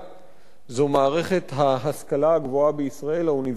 זו מערכת ההשכלה הגבוהה בישראל, האוניברסיטאות,